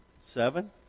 Seven